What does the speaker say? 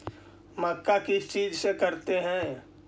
मक्का किस चीज से करते हैं?